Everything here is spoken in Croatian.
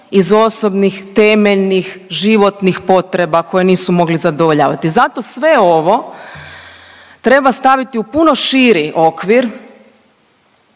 iz osobnih temeljnih životnih potreba koje nisu mogli zadovoljavati. Zato sve ovo treba staviti u puno širi okvir